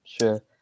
Sure